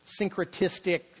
syncretistic